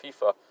FIFA